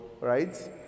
right